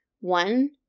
One